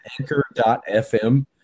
anchor.fm